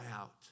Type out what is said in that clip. out